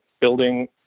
building